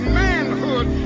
manhood